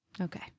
Okay